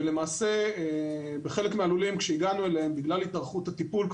ולמעשה בחלק מהלולים אליהם הגענו בגלל התארכות הטיפול,